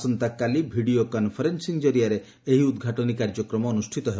ଆସନ୍ତାକାଲି video conferencing କରିଆରେ ଏହି ଉଦ୍ଘାଟନୀ କାର୍ଯ୍ୟକ୍ରମ ଅନୁଷ୍ଠିତ ହେବ